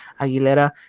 Aguilera